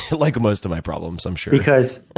like most of my problems, i'm sure. because